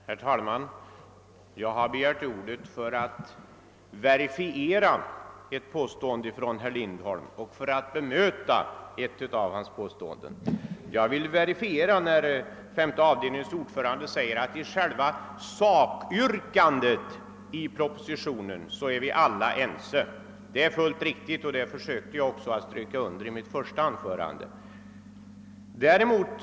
Herr talman! Jag har begärt ordet för att verifiera ett och för att bemöta ett annat av herr Lindholms påståenden. När femte avdelningens ordförande säger att vi alla är ense när det gäller själva sakyrkandet i propositionen vill jag verifiera detta. Det är alldeles riktigt, och jag underströk också i mitt första anförande denna enighet.